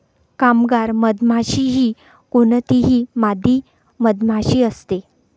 कामगार मधमाशी ही कोणतीही मादी मधमाशी असते